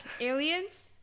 Aliens